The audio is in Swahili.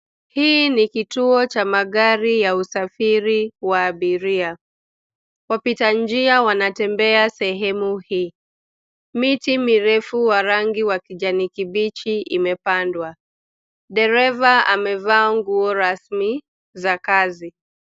Hii ni kituo cha magari ya usafiri wa abiria. Wapita njia wanatembea sehemu hii. Miti mirefu wa rangi wa kijani kibichi imepandwa. Dereva amevaa nguo rasmi za kazi.